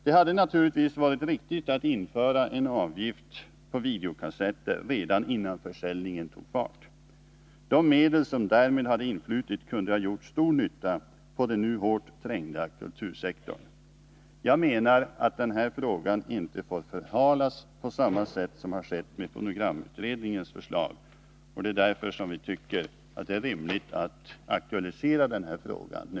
Det hade naturligtvis varit riktigt att införa en avgift på videokassetter redan innan försäljningen tog fart. De medel som därmed hade influtit kunde ha gjort stor nytta på den nu hårt trängda kultursektorn. Jag menar att denna fråga inte får förhalas på samma sätt som har skett med fonogramutredningens förslag. Det är därför som vi tycker att det är rimligt att aktualisera denna fråga nu.